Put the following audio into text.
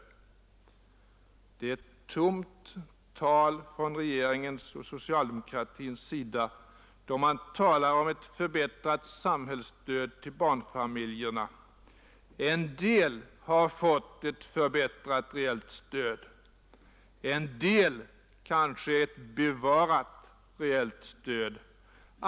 Det är tomt prat från regeringens och socialdemokratins sida att tala om ett förbättrat samhällsstöd till barnfamiljerna. En del har fått ett förbättrat reellt stöd, en del kanske ett bevarat reellt stöd.